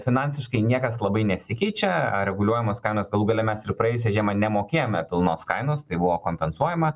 finansiškai niekas labai nesikeičia ar reguliuojamos kainos galų gale mes ir praėjusią žiemą nemokėjome pilnos kainos tai buvo kompensuojama